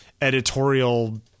editorial